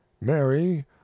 mary